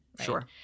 Sure